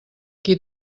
qui